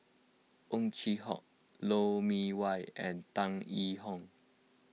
Ow Chin Hock Lou Mee Wah and Tan Yee Hong